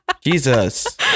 jesus